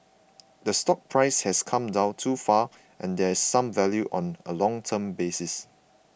the stock price has come down too far and there's some value on a long term basis